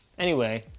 anyway.